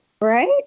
Right